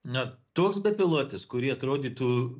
na toks bepilotis kurį atrodytų